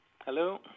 Hello